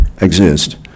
exist